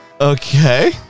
Okay